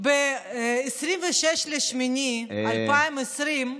ב-26 באוגוסט 2020,